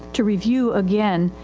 to review again,